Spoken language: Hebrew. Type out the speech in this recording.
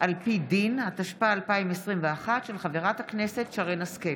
על פי דין), התשפ"א 2021, של חברת הכנסת שרן השכל.